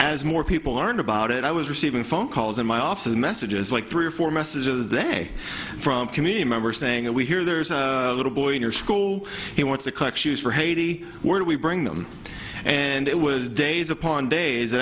as more people learn about it i was receiving phone calls in my office messages like three or four messages a day from community members saying we hear there's a little boy in your school he wants to collect use for haiti where we bring them and it was days upon days